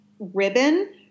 ribbon